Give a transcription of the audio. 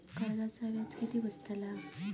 कर्जाचा व्याज किती बसतला?